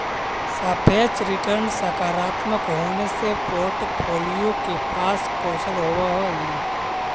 सापेक्ष रिटर्न सकारात्मक होने से पोर्ट्फोलीओ के पास कौशल होवअ हई